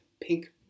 pink